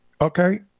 okay